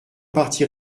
partie